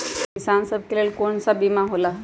किसान सब के लेल कौन कौन सा बीमा होला?